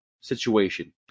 situation